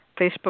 Facebook